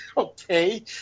Okay